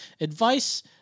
Advice